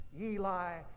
Eli